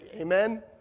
amen